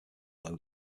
low